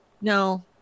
No